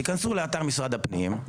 תיכנסו למשרד אתר הפנים,